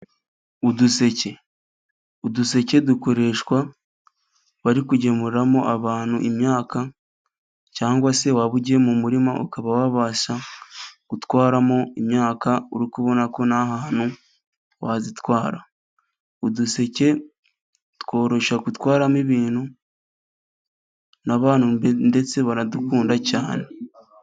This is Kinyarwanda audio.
Uduseke. Uduseke dukoreshwa bari kugemuriramo abantu imyaka cyangwa se waba ugiye mu murima, ukaba wabasha gutwaramo imyaka uri kubona ko nta hantu wayitwara. Uduseke tworoshya gutwaramo ibintu, n'abantu ndetse baradukunda cyane.